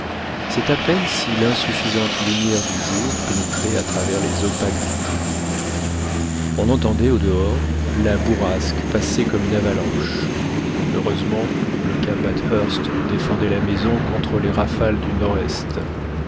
c'est à peine si l'insuffisante lumière du jour pénétrait à travers les opaques vitres on entendait au-dehors la bourrasque passer comme une avalanche heureusement le cap bathurst défendait la maison contre les rafales du nord-est